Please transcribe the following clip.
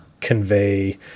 convey